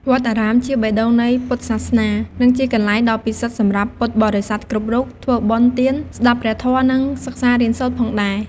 វត្តអារាម ជាបេះដូងនៃពុទ្ធសាសនា និងជាទីកន្លែងដ៏ពិសិដ្ឋសម្រាប់ពុទ្ធបរិស័ទគ្រប់រូប ធ្វើបុណ្យទាន ស្ដាបព្រះធម៏ និង សិក្សារៀនសូត្រផងដែរ។